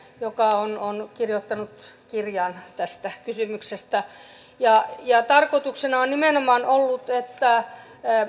joka on on kirjoittanut kirjan tästä kysymyksestä tarkoituksena on nimenomaan ollut että